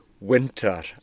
winter